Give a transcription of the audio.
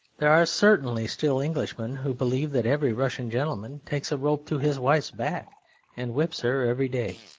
there are certainly still englishmen who believe that every russian gentleman takes a rope to his wife's back and whips her every day.